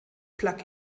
plug